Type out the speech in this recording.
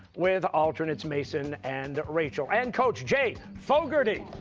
with alternates mason and rachel, and coach jay fogarty.